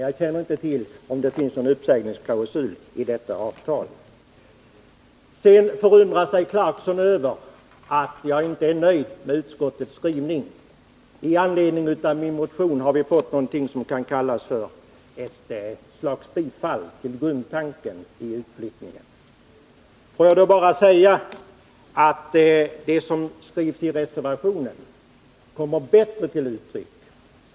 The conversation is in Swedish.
Jag känner dock inte till om det finns någon uppsägningsklausul i detta avtal. Rolf Clarkson förundrar sig över att jag inte är nöjd med utskottets skrivning. Med anledning av den motion där jag står som första namn har vi fått något som kan kallas för ett slags bifall till grundtanken när det gäller utflyttningen. Men i det som skrivs i reservationen kommer våra förslag bättre till uttryck.